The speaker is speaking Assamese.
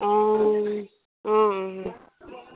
অ অ অ